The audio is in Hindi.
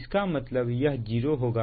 इसका मतलब यह जीरो होगा